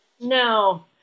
No